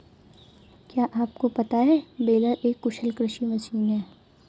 क्या आपको पता है बेलर एक कुशल कृषि मशीन है?